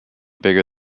bigger